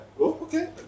okay